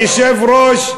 היושב-ראש,